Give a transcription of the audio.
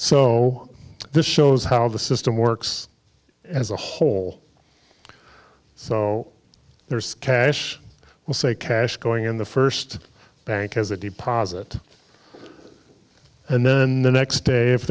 so this shows how the system works as a whole so there's cash we'll say cash going in the first bank as a deposit and then the next day if